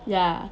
ya